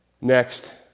Next